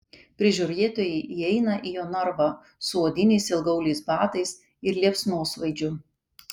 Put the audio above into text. prižiūrėtojai įeina į jo narvą su odiniais ilgaauliais batais ir liepsnosvaidžiu